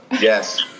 Yes